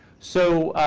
so